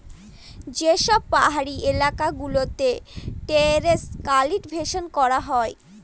যে সব পাহাড়ি এলাকা গুলোতে টেরেস কাল্টিভেশন করা হয়